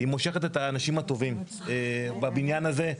היא מושכת את האנשים הטובים בבניין הזה,